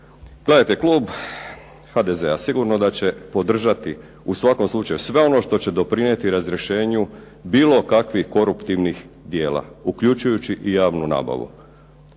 mišljenju. Klub HDZ-a sigurno da će podržati u svakom slučaju sve ono što će doprinijeti razrješenju bilo kakvih koruptivnih djela uključujući i javnu nabavu.